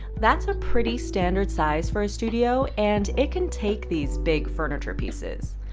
that's a pretty standard size for a studio, and it can take these bigger furniture pieces.